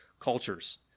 cultures